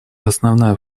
основная